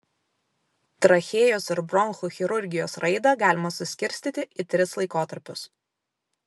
trachėjos ir bronchų chirurgijos raidą galima suskirstyti į tris laikotarpius